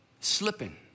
slipping